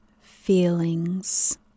feelings